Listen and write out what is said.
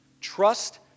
Trust